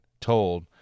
told